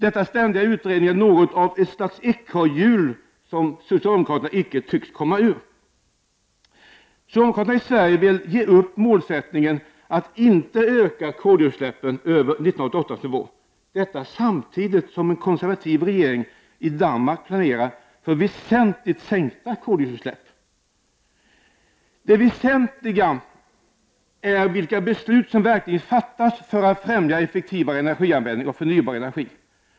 Dessa ständiga utredningar är något slags ekorrhjul som socialdemokraterna inte tycks komma ur. Socialdemokraterna i Sverige vill ge upp målsättningen att inte öka koldioxidutsläppen över 1988 års nivå. Detta sker samtidigt som en konservativ regering i Danmark planerar för en väsentlig sänkning av koldioxidutsläppen. Det väsentliga är vilka beslut som verkligen fattas för att effektivare energianvändning och förnybar energi skall fftämjas.